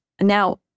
Now